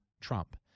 Trump